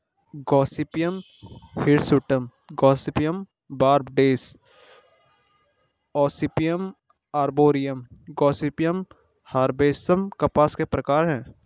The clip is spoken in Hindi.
Gossypium hirsutum, Gossypium barbadense, Gossypium arboreum, Gossypium herbaceum कपास के प्रकार है